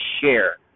share